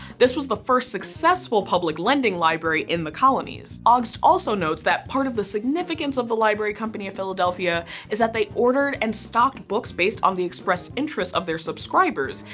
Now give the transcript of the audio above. this was the first successful public lending library in the colonies. augst also notes that part of the significance of the library company of philadelphia is that they ordered and stocked books based on the expressed interests of their subscribers,